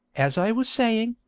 as i was saying,